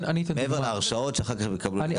מעבר להרשאות שאחר כך הם יקבלו לעשות.